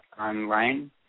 online